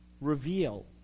reveal